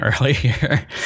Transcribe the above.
earlier